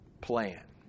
plan